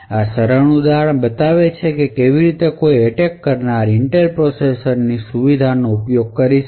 આ સરળ ઉદાહરણ બતાવ્યું કે કેવી રીતે કોઈ એટેક કરનાર ઇન્ટેલ પ્રોસેસર ની સુવિધાઓનો ઉપયોગ કરી શકે